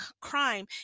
crime